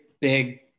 big